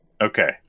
Okay